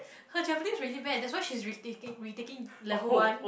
her Japanese is really bad that's why she's retaking retaking level one